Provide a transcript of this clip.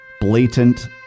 Blatant